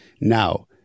now